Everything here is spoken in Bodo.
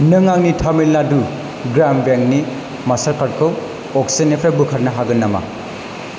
नों आंनि तामिलनाडु ग्राम बेंकनि मास्टारकार्डखौ अक्सिजेननिफ्राय बोखारनो हागोन नामा